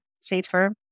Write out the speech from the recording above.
safer